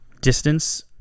distance